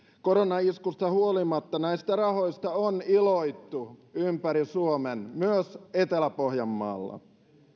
koronaiskusta huolimatta näistä rahoista on iloittu ympäri suomen myös etelä pohjanmaalla